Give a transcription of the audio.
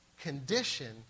condition